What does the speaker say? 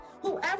Whoever